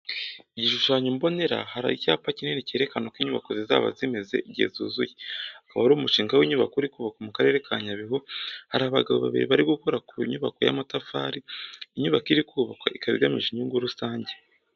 Igishushanyo mbonera hari icyapa kinini cyerekana uko inyubako zizaba zimeze igihe zuzuye akaba ari umushinga w’inyubako uri kubakwa mu karere ka Nyabihu har'abagabo babiri barimo gukora ku nyubako y’amatafari, Inyubako iri kubakwa ikaba igamije inyungu rusange.